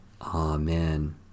Amen